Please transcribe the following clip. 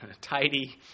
tidy